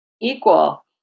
equal